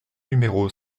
numéro